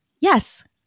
yes